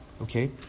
okay